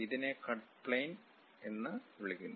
ഇതിനെ cut plane എന്ന് വിളിക്കുന്നു